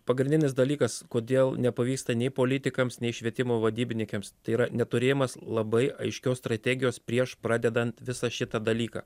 pagrindinis dalykas kodėl nepavyksta nei politikams nei švietimo vadybininkėms tai yra neturėjimas labai aiškios strategijos prieš pradedant visą šitą dalyką